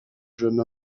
jeune